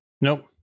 Nope